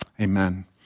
Amen